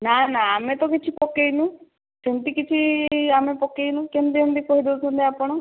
ନା ନା ଆମେ ତ କିଛି ପକେଇନୁ ସେମିତି କିଛି ଆମେ ପକେଇନୁ କେମିତି ଏମିତି କହିଦେଉଛନ୍ତି ଆପଣ